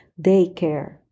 daycare